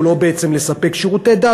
הוא לא בעצם לספק שירותי דת,